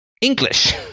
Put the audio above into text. English